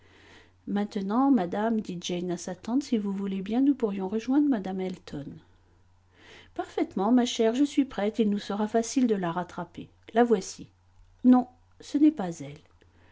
maintenant madame dit jane à sa tante si vous voulez bien nous pourrions rejoindre mme elton parfaitement ma chère je suis prête il nous sera facile de la rattraper la voici non ce n'est pas elle